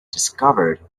discovered